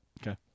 Okay